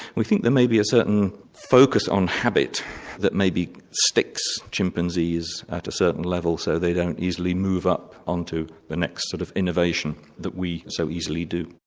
we think there may be a certain focus on habit that maybe sticks chimpanzees at a certain level so they don't easily move up onto the next sort of innovation that we so easily do.